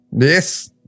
Yes